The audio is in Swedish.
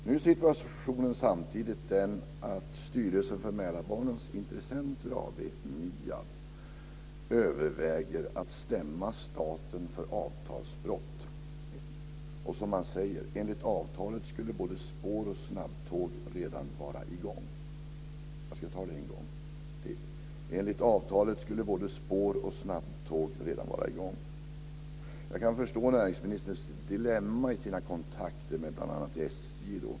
Nu är situationen samtidigt den att Styrelsen för Mälarbanans intressenter AB, MIA, överväger att stämma staten för avtalsbrott, och som man säger: Enligt avtalet skulle både spår och snabbtåg redan vara i gång. Jag kan förstå näringsministerns dilemma i hans kontakter med bl.a. SJ.